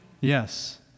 yes